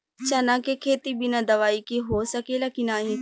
चना के खेती बिना दवाई के हो सकेला की नाही?